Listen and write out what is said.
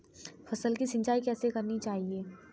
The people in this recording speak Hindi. फसल की सिंचाई कैसे करनी चाहिए?